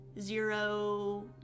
zero